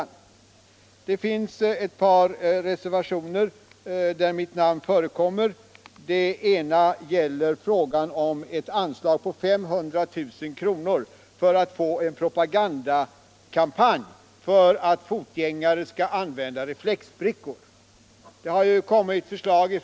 Mitt namn förekommer i ett par reservationer till betänkandet. Den ena reservationen gäller ett anslag på 500 000 kr. för en propagandakampanj för att förmå fotgängare att bära reflexbrickor.